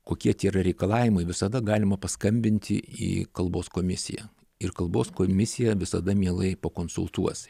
kokie tie yra reikalavimai visada galima paskambinti į kalbos komisiją ir kalbos komisija visada mielai pakonsultuos